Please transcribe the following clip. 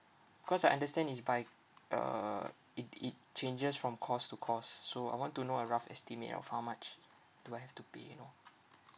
cause I understand is by uh it it changes from course to course so I want to know a rough estimate of how much do I have to pay you know